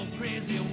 crazy